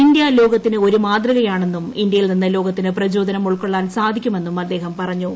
ഇന്ത്യലോകത്തിന് ഒരു മാതൃകയാണെന്നും ഇന്തൃയിൽ നിന്ന് ലോകത്തിന് പ്രചോദനം ഉൾക്കൊളളാൻ സാധിക്കുമെന്നും അദ്ദേഹം പറഞ്ഞു